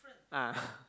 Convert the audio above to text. ah